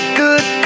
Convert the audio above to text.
good